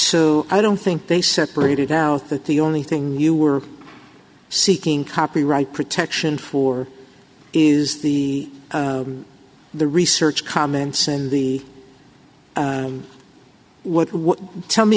so i don't think they separated out that the only thing you were seeking copyright protection for is the the research comments and the what tell me